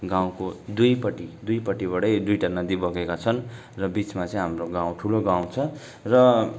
गाउँको दुईपट्टि दुईपट्टिबाटै दुईवटा नदी बगेका छन् र बिचमा चाहिँ हाम्रो गाउँ ठुलो गाउँ छ र